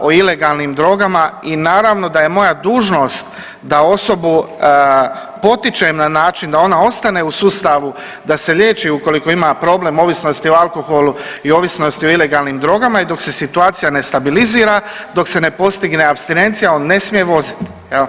o ilegalnim drogama i naravno da je moja dužnost da osobu potičem na način da ona ostane u sustavu, da se liječi ukoliko ima problem ovisnosti o alkoholu i ovisnosti o ilegalnim drogama i dok se situacija ne stabilizira, dok se ne postigne apstinencija, on ne smije voziti, je li?